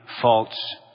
false